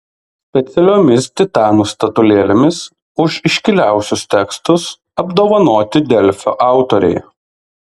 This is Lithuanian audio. specialiomis titanų statulėlėmis už iškiliausius tekstus apdovanoti delfi autoriai